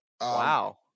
Wow